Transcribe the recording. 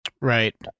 Right